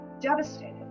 devastated